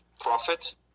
profit